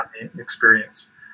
experience